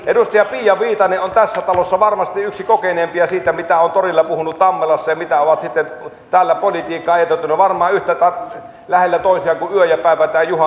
edustaja pia viitanen on tässä talossa varmasti yksi kokeneimpia siinä mitä on torilla puhunut tammelassa ja mitä on sitten täällä politiikka varmaan yhtä lähellä tosiaan kuin yö ja päivä tai juhannus ja joulu